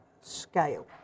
scale